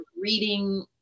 reading